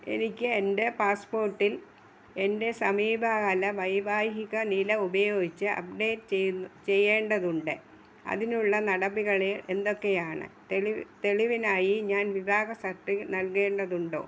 എനിക്ക് എൻ്റെ പാസ്പോർട്ടിൽ എൻ്റെ സമീപകാല വൈവാഹികനില ഉപയോഗിച്ച് അപ്ഡേറ്റ് ചെയ്യേണ്ടതുണ്ട് അതിനുള്ള നടപടികൾ എന്തൊക്കെയാണ് തെളിവിനായി ഞാൻ വിവാഹ സർട്ടിഫ്റ്റ് നൽകേണ്ടതുണ്ടോ